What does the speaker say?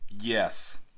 Yes